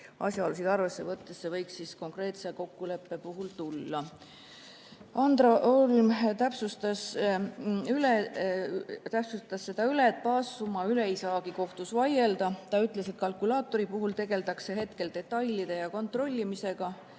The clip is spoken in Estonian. asjaolusid arvesse võttes võiks konkreetse kokkuleppe puhul tulla. Andra Olm täpsustas üle, et baassumma üle ei saagi kohtus vaielda. Ta ütles, et kalkulaatori puhul tegeldakse hetkel detailide ja kontrollimisega,